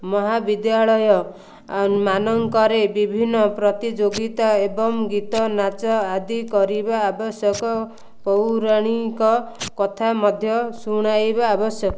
ମହାବିଦ୍ୟାଳୟ ମାନଙ୍କରେ ବିଭିନ୍ନ ପ୍ରତିଯୋଗିତା ଏବଂ ଗୀତ ନାଚ ଆଦି କରିବା ଆବଶ୍ୟକ ପୌରାଣିକ କଥା ମଧ୍ୟ ଶୁଣାଇବା ଆବଶ୍ୟକ